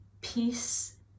peace